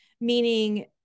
Meaning